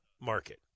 market